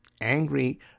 angry